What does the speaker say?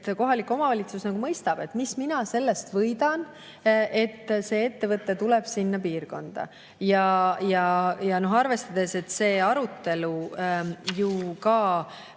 et kohalik omavalitsus mõistab, mis mina sellest võidan, et see ettevõte tuleb sinna piirkonda. Tuleb arvestada, et see arutelu ju ka